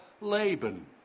Laban